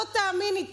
לא תאמיני,